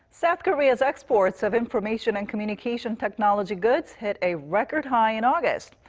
south korea's exports of information and communication technology goods hit a record high in august.